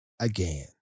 again